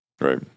right